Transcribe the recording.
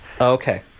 Okay